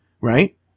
right